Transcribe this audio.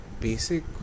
basic